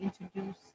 introduce